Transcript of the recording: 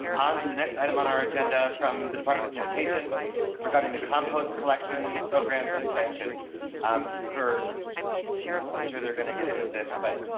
i'm on to the next item on our agenda from the department of sanitation regarding the compost collection program suspension um for i'm sure they're going to get into this, but